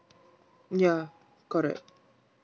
ya correct